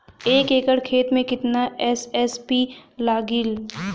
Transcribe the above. एक एकड़ खेत मे कितना एस.एस.पी लागिल?